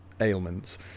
ailments